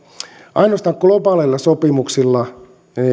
ainoastaan globaaleilla sopimuksilla